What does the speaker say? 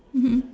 mmhmm